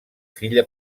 filla